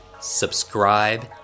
subscribe